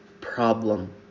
problem